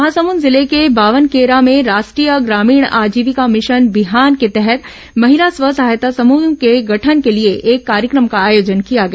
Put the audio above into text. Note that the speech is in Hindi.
महासमुंद जिले के बावनकेरा में राष्ट्रीय ग्रामीण आजीविका मिशन बिहान के तहत महिला स्व सहायता समूह के गठन के लिए एक कार्यक्रम का आयोजन किया गया